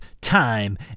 Time